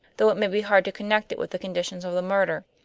though it may be hard to connect it with the conditions of the murder.